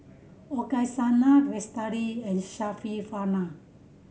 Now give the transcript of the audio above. Qaisara Lestari and Syarafina